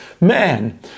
man